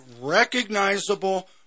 recognizable